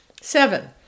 Seven